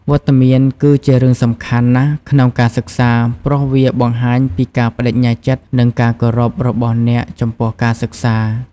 វត្តមានគឺជារឿងសំខាន់ណាស់ក្នុងការសិក្សា ព្រោះវាបង្ហាញពីការប្តេជ្ញាចិត្ត និងការគោរពរបស់អ្នកចំពោះការសិក្សា។